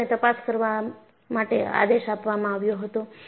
બોર્ડને તપાસ કરવા માટે આદેશ આપવામાં આવ્યો હતો